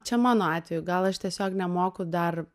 čia mano atveju gal aš tiesiog nemoku dar